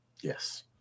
Yes